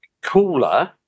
cooler